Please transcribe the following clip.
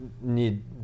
need